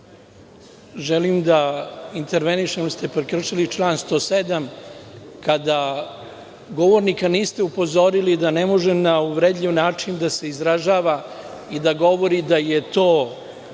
želim da intervenišem jer ste prekršili član 107. kada govornika niste upozorili da ne može na uvredljiv način da se izražava i da govori da je to